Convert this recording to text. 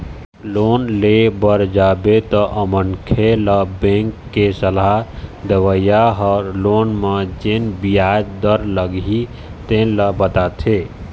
loan ले बर जाबे तअमनखे ल बेंक के सलाह देवइया ह लोन म जेन बियाज दर लागही तेन ल बताथे